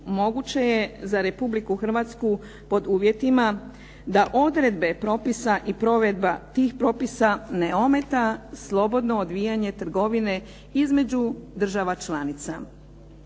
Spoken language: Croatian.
moguće je za Republiku Hrvatsku pod uvjetima da odredbe propisa i provedba tih propisa ne ometa slobodno odvijanje trgovine između država članica.